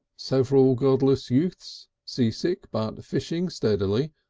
several godless youths, seasick but fishing steadily,